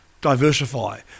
diversify